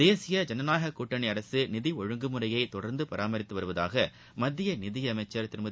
தேசிய ஜனநாயக கூட்டணி அரசு நிதி ஒழுங்குமுறையை தொடர்ந்து பராமரித்து வருவதாக மத்திய நிதியமைச்சர் திருமதி